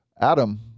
Adam